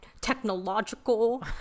technological